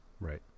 right